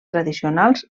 tradicionals